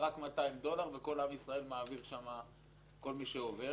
הבנקים המסחריים לא מודעים לכך שבכלל בחוק יש שתי פעימות.